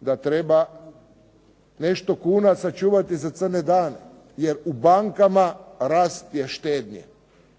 da treba nešto kuna sačuvati za crne dane jer u bankama rast je štednje,